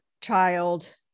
child